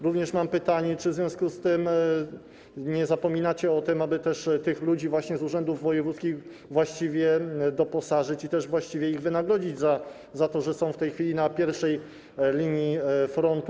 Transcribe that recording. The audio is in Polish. Również mam pytanie: Czy w związku z tym nie zapominacie o tym, aby tych ludzi z urzędów wojewódzkich właściwie doposażyć i właściwie ich wynagrodzić za to, że są w tej chwili na pierwszej linii frontu?